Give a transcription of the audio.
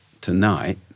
tonight